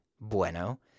bueno